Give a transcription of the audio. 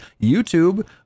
YouTube